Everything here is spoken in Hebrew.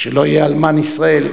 שלא יהיה אלמן ישראל.